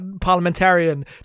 parliamentarian